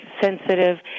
sensitive